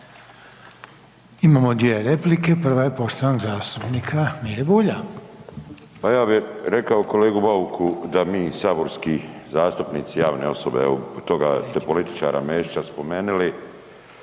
Imamo dvije replike. Prva je poštovanog zastupnika Mire Bulja. **Bulj, Miro (MOST)** Pa ja bi rekao kolegi Bauku da mi saborski zastupnici, javne osobe evo toga političara Mesića spomenili,